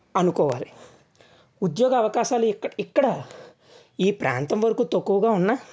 అనుకోవాలి ఉద్యోగ అవకాశాలు ఇక ఇక్కడ ఈ ప్రాంతం వరకు తక్కువగా ఉన్నా